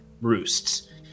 roosts